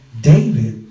David